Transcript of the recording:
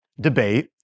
debate